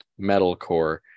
metalcore